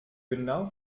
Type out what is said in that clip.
genau